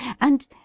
and